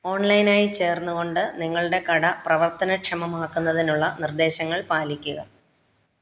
online ആയി ചേര്ന്നുകൊണ്ട് നിങ്ങളുടെ കട പ്രവർത്തനക്ഷമമാക്കുന്നതിനുള്ള നിർദ്ദേശങ്ങൾ പാലിക്കുക